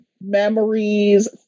memories